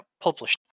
published